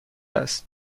است